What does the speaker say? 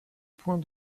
point